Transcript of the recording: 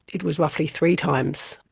it was roughly three times,